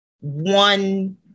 one